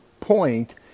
point